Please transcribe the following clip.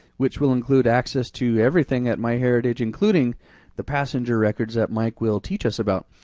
which will include access to everything at myheritage, including the passenger records that mike will teach us about,